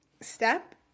step